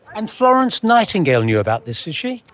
and florence nightingale knew about this, did she?